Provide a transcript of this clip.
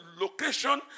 location